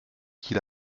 qu’il